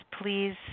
please